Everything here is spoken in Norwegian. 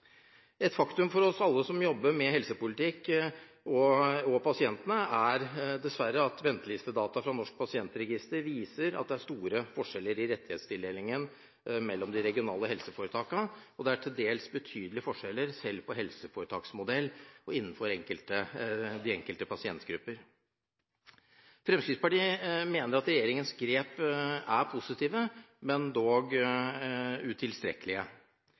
Et faktum for oss alle som jobber med helsepolitikk – og for pasientene – er dessverre at ventelistedata fra Norsk pasientregister viser at det er store forskjeller i rettighetstildelingen mellom de regionale helseforetakene, og at det til dels er betydelige forskjeller selv på helseforetaksnivå og innenfor de enkelte pasientgrupper. Fremskrittspartiet mener at regjeringens grep er positive, men dog utilstrekkelige.